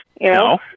No